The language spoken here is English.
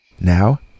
Now